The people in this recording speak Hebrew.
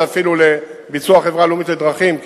זה אפילו לביצוע החברה הלאומית לדרכים,